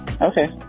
Okay